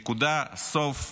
נקודה, סוף,